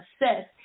assess